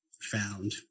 found